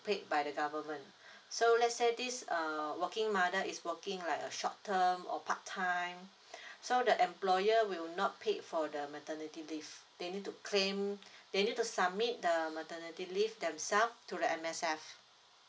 paid by the government so let's say this err working mother is working like uh short term or part time so the employer will not pay for the maternity leave they need to claim they need to submit the maternity leave themselves to the M_S_F